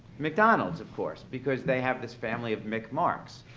mcdonald's, of course, because they have this family of mc marks.